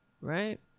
right